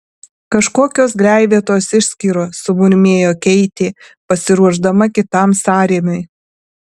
kažkokios gleivėtos išskyros sumurmėjo keitė pasiruošdama kitam sąrėmiui